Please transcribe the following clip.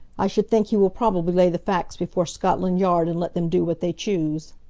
i should think he will probably lay the facts before scotland yard and let them do what they choose.